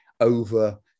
over